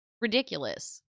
ridiculous